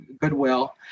goodwill